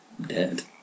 dead